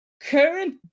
Current